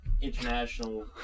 international